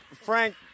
Frank